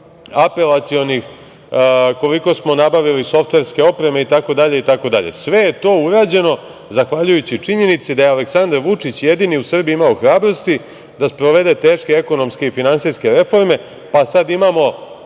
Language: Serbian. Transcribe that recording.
apelacionih, koliko smo nabavili softverske opreme i tako dalje i tako dalje, sve je to urađeno zahvaljujući činjenici da je Aleksandar Vučić jedini u Srbiji imao hrabrosti da sprovede teške ekonomske i finansijske reforme, pa sada imamo